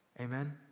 Amen